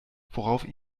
woraufhin